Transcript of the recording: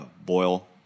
Boil